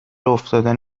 افتادن